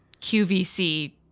QVC